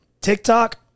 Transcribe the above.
TikTok